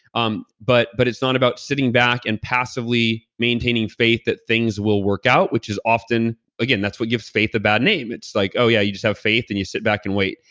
um but but it's not about sitting back and passively maintaining faith that things will work out, which is often, again, that's what gives faith a bad name. it's like, oh yeah, you just have faith and you sit back and wait.